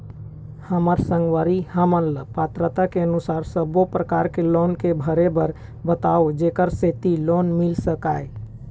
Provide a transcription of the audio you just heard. हमर संगवारी हमन ला पात्रता के अनुसार सब्बो प्रकार के लोन के भरे बर बताव जेकर सेंथी लोन मिल सकाए?